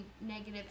negative